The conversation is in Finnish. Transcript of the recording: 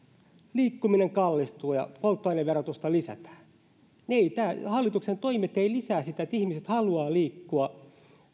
liikkuminen kallistuu ja polttoaineverotusta lisätään niin tämän hallituksen toimet eivät lisää sitä että ihmiset haluavat liikkua